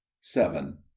seven